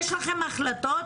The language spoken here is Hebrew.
יש לכם החלטות?